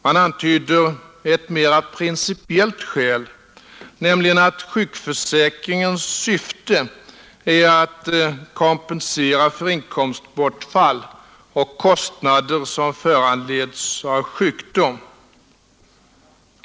Man antyder ett mera principiellt skäl, nämligen att sjukförsäkringens syfte är att kompensera för inkomstbortfall och kostnader som föranleds av sjukdom.